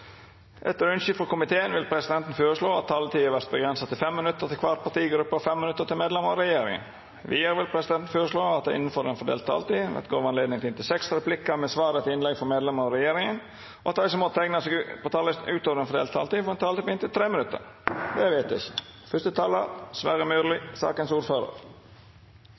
Etter ønske fra transport- og kommunikasjonskomiteen vil presidenten foreslå at taletiden blir begrenset til 5 minutter til hver partigruppe og 5 minutter til medlemmer av regjeringen. Videre vil presidenten foreslå at det – innenfor den fordelte taletid – blir gitt anledning til inntil seks replikker med svar etter innlegg fra medlemmer av regjeringen, og at de som måtte tegne seg på talerlisten utover den fordelte taletid, får en taletid på inntil 3 minutter. – Det anses vedtatt. Sakens ordfører,